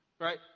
Right